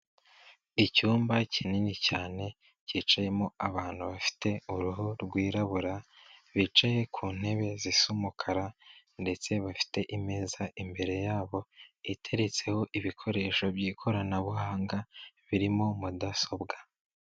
Icyumba kinini cyane cyicayemo abantu bafite uruhu rwirabura bicaye ku ntebe zisa umukara ndetse bafite imeza imbere yabo iteretseho ibikoresho by'ikoranabuhanga birimo mudasobwa.